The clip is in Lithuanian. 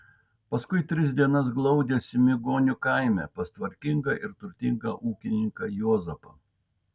paskui tris dienas glaudėsi migonių kaime pas tvarkingą ir turtingą ūkininką juozapą